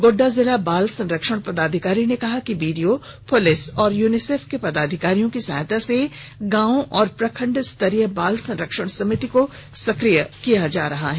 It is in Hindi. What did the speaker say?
गोड्डा जिला बाल संरक्षण पदाधिकारी ने कहा कि बीडीओ पुलिस और यूनिसेफ के पदाधिकारियों की सहायता से गांव एवं प्रखंड स्तरीय बाल संरक्षण समिति को सक्रिय किया जा रहा है